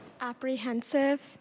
Apprehensive